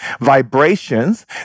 vibrations